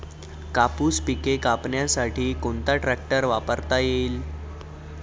कापूस पिके कापण्यासाठी कोणता ट्रॅक्टर वापरता येईल?